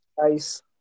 guys